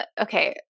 okay